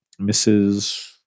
Mrs